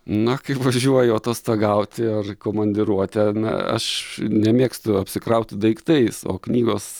na kai važiuoju atostogauti ar į komandiruotę na aš nemėgstu apsikrauti daiktais o knygos